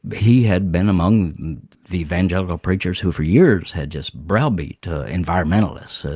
he had been among the evangelical preachers who for years had just browbeat environmentalists.